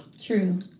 True